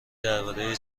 درباره